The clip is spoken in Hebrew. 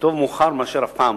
וטוב מאוחר מאשר אף פעם.